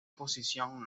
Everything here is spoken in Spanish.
posición